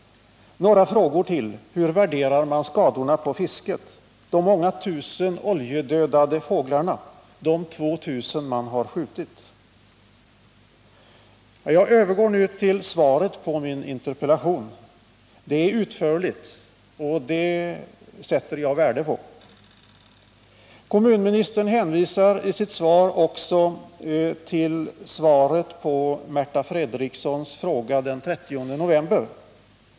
Några frågor till: Hur värderar man skadorna på fisket? De många tusen oljedödade fåglarna? De 2000 som man har skjutit? Jag övergår nu till svaret på min interpellation. Det är utförligt och det sätter jag värde på. Kommunministern hänvisar i sitt svar också till svaret på Märta Fred riksons fråga den 30 november.